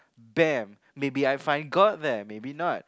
!baam! maybe I find god there maybe not